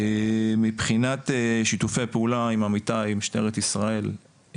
מבחינת שיתופי הפעולה עם עמיתיי משטרת ישראל,